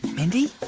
mindy?